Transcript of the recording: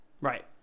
Right